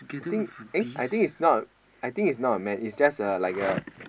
think eh I think it's not I think it's not a man it's just a like a